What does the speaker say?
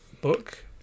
book